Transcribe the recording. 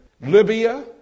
Libya